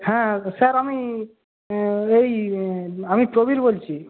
হ্যাঁ স্যার আমি এই আমি প্রবীর বলছি